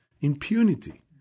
impunity